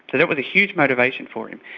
that was a huge motivation for him,